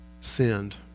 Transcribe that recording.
sinned